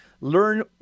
learn